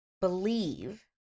believe